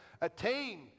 attain